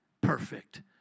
perfect